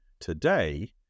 today